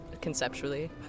conceptually